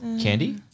candy